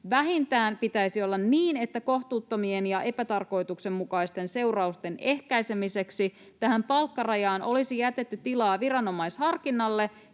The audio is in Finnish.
Vähintään pitäisi olla niin, että kohtuuttomien ja epätarkoituksenmukaisten seurausten ehkäisemiseksi tähän palkkarajaan olisi jätetty tilaa viranomaisharkinnalle